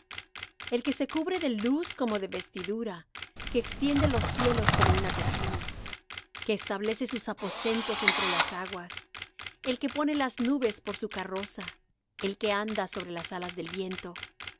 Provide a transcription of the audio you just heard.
el que se cubre de luz como de vestidura que extiende los cielos como una cortina que establece sus aposentos entre las aguas el que pone las nubes por su carroza el que anda sobre las alas del viento